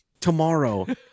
tomorrow